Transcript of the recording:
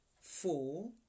Four